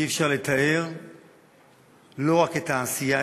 אי-אפשר לתאר לא רק את העשייה,